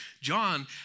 John